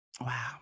Wow